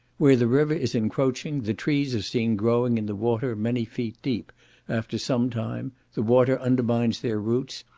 where the river is encroaching, the trees are seen growing in the water many feet deep after some time, the water undermines their roots,